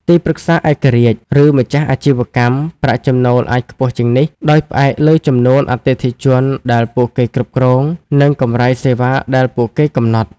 ទីប្រឹក្សាឯករាជ្យ ឬម្ចាស់អាជីវកម្ម ប្រាក់ចំណូលអាចខ្ពស់ជាងនេះ ដោយផ្អែកលើចំនួនអតិថិជនដែលពួកគេគ្រប់គ្រង និងកម្រៃសេវាដែលពួកគេកំណត់។